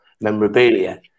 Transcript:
memorabilia